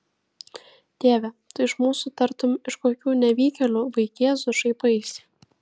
tėve tu iš mūsų tartum iš kokių nevykėlių vaikėzų šaipaisi